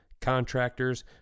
contractors